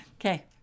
Okay